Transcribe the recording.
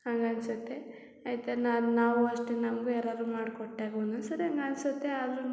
ಆಗ ಅನಿಸುತ್ತೆ ಆಯಿತಾ ನಾವೂ ಅಷ್ಟೇ ನಮಗೂ ಯಾರಾದ್ರೂ ಮಾಡ್ಕೊಟ್ಟಾಗ ಒಂದೊಂದು ಸಾರಿ ಹಂಗ್ ಅನಿಸುತ್ತೆ ಆದ್ರೂ